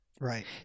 right